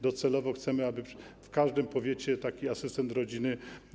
Docelowo chcemy, aby w każdym powiecie był taki asystent rodziny.